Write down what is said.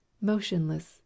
motionless